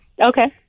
Okay